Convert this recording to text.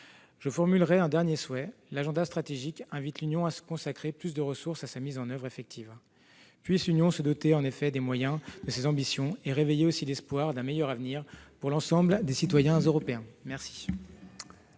Je formulerais un dernier souhait. L'agenda stratégique invite l'Union à consacrer plus de ressources à sa mise en oeuvre effective. Puisse en effet l'Union se doter des moyens de ses ambitions, et réveiller ainsi l'espoir d'un avenir meilleur pour l'ensemble des citoyens européens !